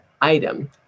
item